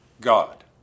God